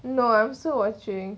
no I'm so watching